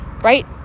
right